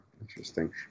Interesting